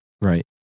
right